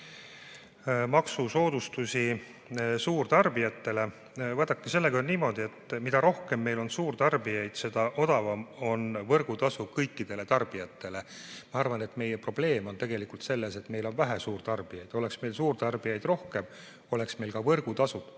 maksusoodustusi suurtarbijatele. Vaadake, sellega on niimoodi, et mida rohkem meil on suurtarbijaid, seda väiksem on võrgutasu kõikidele tarbijatele. Ma arvan, et meie probleem on tegelikult selles, et meil on vähe suurtarbijaid. Oleks meil suurtarbijaid rohkem, oleks meil võrgutasud